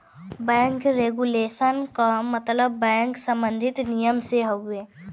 bank regulation क मतलब bank सम्बन्धी नियम से हउवे